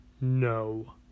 No